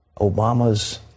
obama's